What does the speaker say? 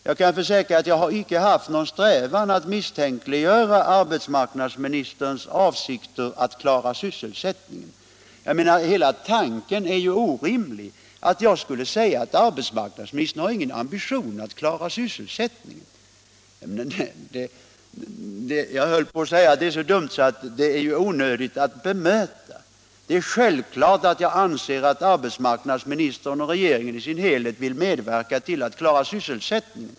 Jag kan försäkra att jag icke haft någon strävan att misstänkliggöra arbetsmarknadsministerns avsikter i fråga om att klara sysselsättningen. sysselsättningen i Blekinge sysselsättningen i Blekinge Hela tanken är ju orimlig — att jag skulle säga att arbetsmarknadsministern inte har någon ambition att klara sysselsättningen. Jag höll på att säga att det är så dumt att det är onödigt att bemöta. Det är ju självklart att jag anser att arbetsmarknadsministern och regeringen i sin helhet vill medverka till att klara sysselsättningen.